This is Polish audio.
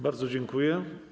Bardzo dziękuję.